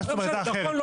שאין בו